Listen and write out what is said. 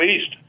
East